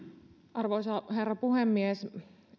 arvoisa herra puhemies